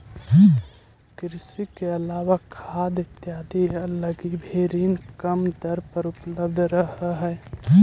कृषि के अलावा खाद इत्यादि लगी भी ऋण कम दर पर उपलब्ध रहऽ हइ